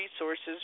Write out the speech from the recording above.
resources